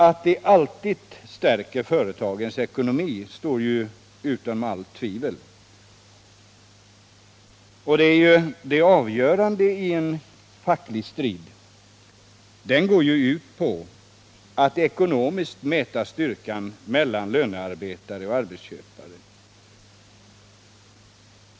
Att det alltid stärker företagens ekonomi står utom allt tvivel, och detta är ju det avgörande. En facklig strid går ju ut på att mäta den ekonomiska styrkan hos lönearbetare och arbetsköpare.